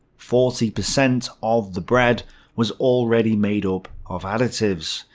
forty percent of the bread was already made up of additives,